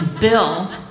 Bill